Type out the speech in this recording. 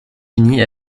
unis